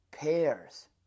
pears